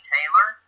Taylor